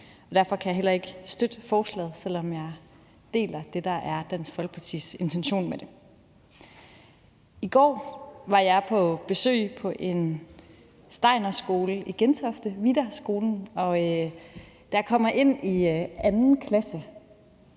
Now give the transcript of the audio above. Derfor kan jeg heller ikke støtte forslaget, selv om jeg deler Dansk Folkepartis intention med det. I går var jeg på besøg på en Steinerskole, nemlig Vidar Skolen, i Gentofte, og da jeg kommer